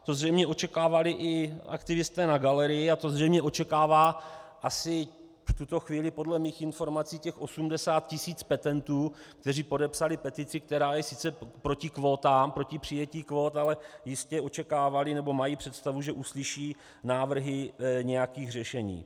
To zřejmě očekávali i aktivisté na galerii a to zřejmě očekává asi v tuto chvíli podle mých informací těch 80 tisíc petentů, kteří podepsali petici, která je sice proti kvótám, proti přijetí kvót, ale jistě očekávali nebo mají představu, že uslyší návrhy nějakých řešení.